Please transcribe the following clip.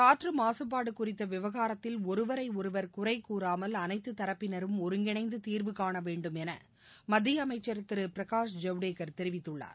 காற்று மாசுபாடு குறித்த விவகாரத்தில் ஒருவரை ஒருவர் குறை கூறாமல் அனைத்து தரப்பினரும் ஒருங்கிணைந்து தீர்வு காணவேண்டும் என மத்திய அமைச்சர் திரு பிரனஷ் ஜவடகேர் தெரிவித்துள்ளார்